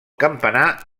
campanar